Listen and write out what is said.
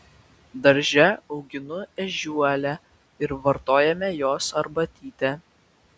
darže auginu ežiuolę ir vartojame jos arbatytę